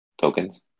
tokens